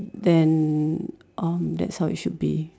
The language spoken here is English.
then um that's how it should be